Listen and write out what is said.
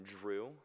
Drew